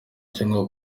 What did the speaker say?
cyangwa